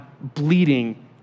bleeding